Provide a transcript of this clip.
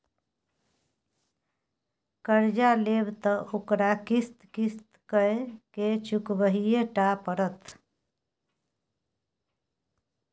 कर्जा लेब त ओकरा किस्त किस्त कए केँ चुकबहिये टा पड़त